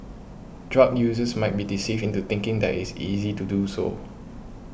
drug users might be deceived into thinking that is easy to do so